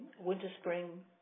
winter-spring